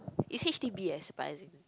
it's H_D_B yes but is it